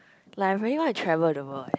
like I really want to travel the world